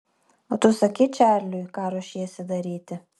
o tu sakei čarliui ką ruošiesi daryti